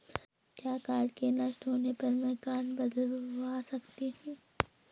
क्या कार्ड के नष्ट होने पर में कार्ड बदलवा सकती हूँ?